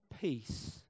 peace